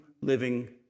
living